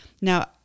Now